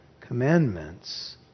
Commandments